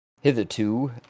hitherto